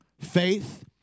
Faith